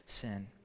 sin